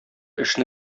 эшне